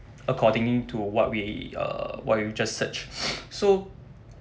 according to what we err what you just searched so